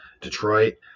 Detroit